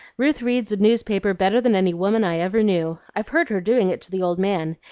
ruth reads a newspaper better than any woman i ever knew. i've heard her doing it to the old man,